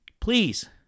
please